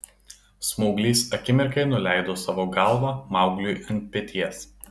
smauglys akimirkai nuleido savo galvą maugliui ant peties